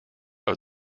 are